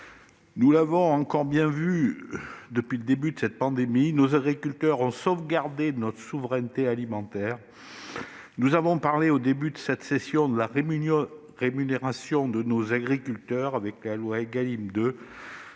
Nous l'avons encore bien vu depuis le début de cette pandémie : nos agriculteurs ont sauvegardé notre souveraineté alimentaire. Nous avons parlé en septembre dernier de la question de la rémunération de nos agriculteurs, en examinant la